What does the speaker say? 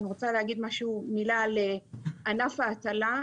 אני רוצה להגיד מילה על ענף ההטלה,